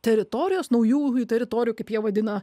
teritorijos naujųjų teritorijų kaip jie vadina